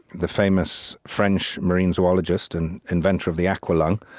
the famous french marine zoologist and inventor of the aqualung,